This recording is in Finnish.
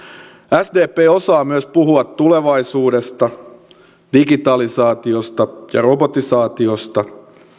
sdp osaa myös puhua tulevaisuudesta digitalisaatiosta ja robotisaatiosta